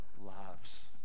lives